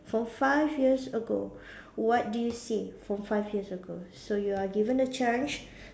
from five years ago what do you say from five years ago so you are given a chance